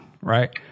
right